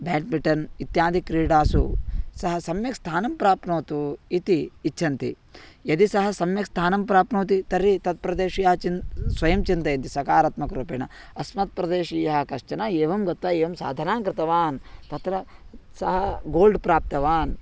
badminton इत्यादि क्रीडासु सः सम्यक् स्थानं प्राप्नोतु इति इच्छन्ति यदि सः सम्यक् सम्यक् स्थानं प्राप्नोति तर्हि तत् प्रदेशीयः चिन् स्वयं चिन्तयन्ति सकारात्मकरूपेण अस्मात् प्रदेशीयः कश्चन एवं गत्वा एवं साधनां कृतवान् तत्र सः गोल्ड् प्राप्तवान्